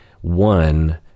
one